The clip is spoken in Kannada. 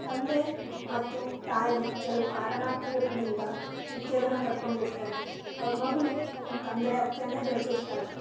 ತಂದೆ ಮತ್ತು ತಾಯಿ ಕೆಲವು ಕಾರಣಾಂತರಗಳಿಂದ ವಿಚ್ಛೇದನ ಪಡ್ಕೊಂಡಿರ್ತಾರೆ ಅವರ ಮಗಳು ತನ್ನ ತಂದೆ ಹತ್ರನೇ ಬೆಳಿದಿರ್ತಾಳೆ